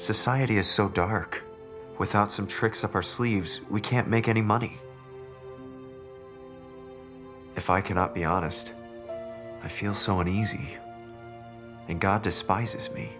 society is so dark without some tricks of our sleeves we can't make any money if i cannot be honest i feel so uneasy and god despises me